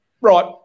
Right